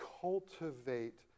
cultivate